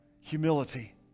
Humility